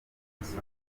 musanze